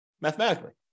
mathematically